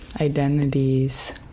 identities